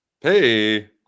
Hey